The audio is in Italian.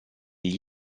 gli